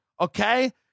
okay